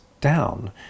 down